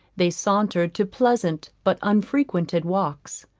they sauntered to pleasant but unfrequented walks.